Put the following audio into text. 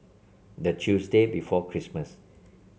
the Tuesday before Christmas